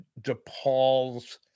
DePaul's